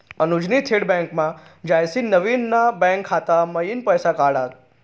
अनुजनी थेट बँकमा जायसीन नवीन ना बँक खाता मयीन पैसा काढात